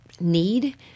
need